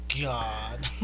God